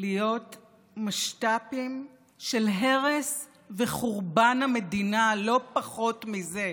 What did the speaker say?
להיות משת"פים של הרס וחורבן המדינה, לא פחות מזה,